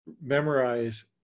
memorize